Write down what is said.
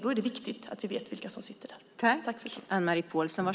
Då är det viktigt att vi vet vilka som sitter där.